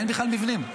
ואין בכלל מבנים.